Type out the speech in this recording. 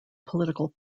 political